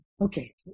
Okay